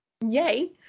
yay